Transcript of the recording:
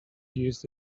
used